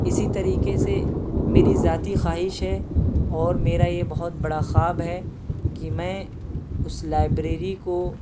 اسی طریقہ سے میری ذاتی خواہش ہے اور میرا یہ بہت بڑا خواب ہے کہ میں اس لائبریری کو